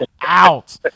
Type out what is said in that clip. out